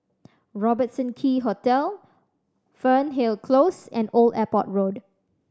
Robertson Quay Hotel Fernhill Close and Old Airport Road